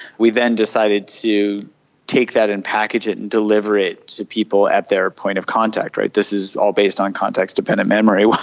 we then decided to take that and package it and deliver it to people at their point of contact. this is all based on context dependent memory.